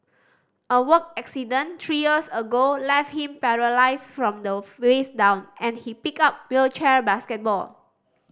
a work accident three years ago left him paralysed from the waist down and he picked up wheelchair basketball